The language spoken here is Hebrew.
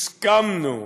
הסכמנו,